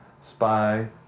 spy